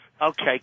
Okay